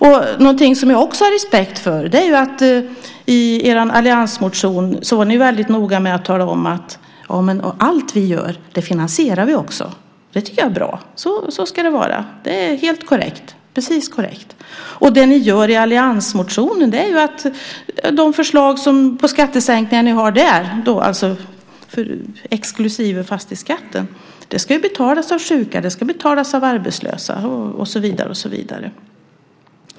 En annan sak som jag har respekt för är att ni i er motion från alliansen var väldigt noga med att tala om att ni finansierar allt som ni föreslår. Det tycker jag är bra. Så ska det vara. Det är helt korrekt. De förslag till skattesänkningar som ni framför i motionen från alliansen, exklusive fastighetsskatten, ska betalas av sjuka, av arbetslösa och så vidare.